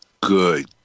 Good